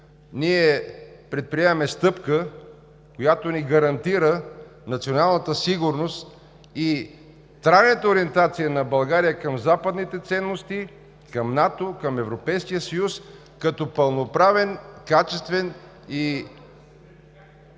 ние предприемаме стъпка, която ни гарантира националната сигурност и трайната ориентация на България към западните ценности, към НАТО, към Европейския съюз като пълноправен, качествен и